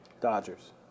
Dodgers